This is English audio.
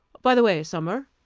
by the way, sumner,